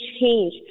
change